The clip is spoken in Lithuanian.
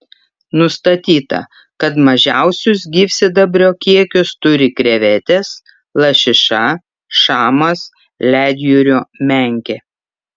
nustatyta kad mažiausius gyvsidabrio kiekius turi krevetės lašiša šamas ledjūrio menkė